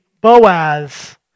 Boaz